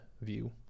view